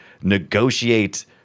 negotiate